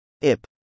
IP